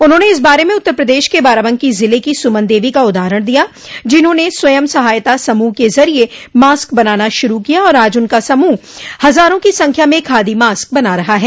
उन्होंने इस बारे में उत्तर प्रदेश के बाराबंकी जिले की सुमन देवी का उदाहरण दिया जिन्होंने स्वयं सहायता समूह के जरिये मास्क बनाना शुरू किया और आज उनका समूह हजारों की संख्या में खादी मास्क बना रहा है